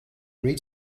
read